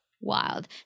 Wild